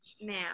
Now